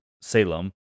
Salem